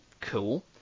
Cool